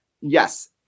yes